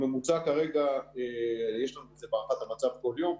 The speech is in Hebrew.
הממוצע כרגע, יש לנו את זה בהערכת המצב כל יום,